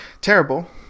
terrible